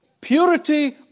purity